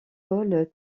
ball